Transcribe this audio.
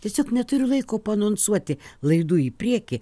tiesiog neturiu laiko paanonsuoti laidų į priekį